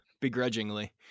begrudgingly